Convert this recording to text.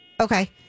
Okay